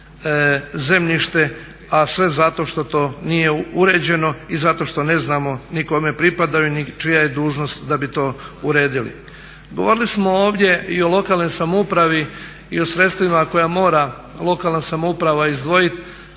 zemljište a sve zato što to nije uređeno i zato što ne znamo ni kome pripadaju ni čija je dužnost da bi to uredili. Govorili smo ovdje i o lokalnoj samoupravi i o sredstvima koja mora lokalna samouprava izdvojiti